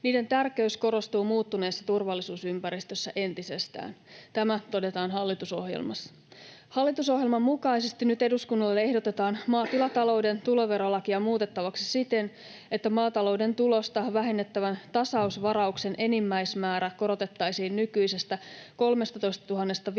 Niiden tärkeys korostuu muuttuneessa turvallisuusympäristössä entisestään. Tämä todetaan hallitusohjelmassa. Hallitusohjelman mukaisesti nyt eduskunnalle ehdotetaan maatilatalouden tuloverolakia muutettavaksi siten, että maatalouden tulosta vähennettävän tasausvarauksen enimmäismäärä korotettaisiin nykyisestä 13 500 eurosta